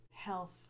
Health